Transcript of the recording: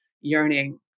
yearning